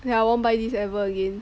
then I won't buy this ever again